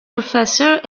professor